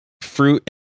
fruit